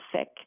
sick